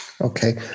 okay